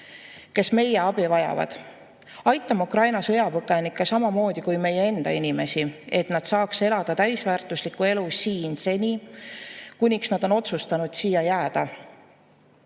meie abi. Aitame Ukraina sõjapõgenikke samamoodi kui meie enda inimesi, et nad saaksid elada täisväärtuslikku elu siin seni, kuniks nad on otsustanud siia jääda.